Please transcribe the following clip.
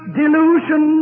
delusion